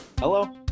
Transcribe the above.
Hello